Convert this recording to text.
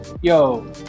yo